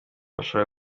bashaka